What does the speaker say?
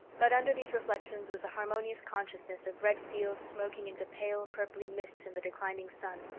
but under these reflections was a harmonious consciousness of red fields smoking into pale-purply mists in the declining sun,